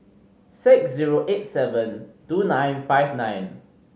six zero eight seven two nine five nine